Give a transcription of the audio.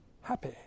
happy